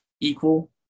equal